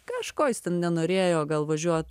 kažko jis ten nenorėjo gal važiuot